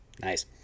Nice